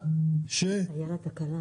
אותנו,